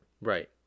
right